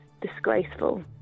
disgraceful